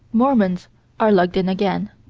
mormons are lugged in again,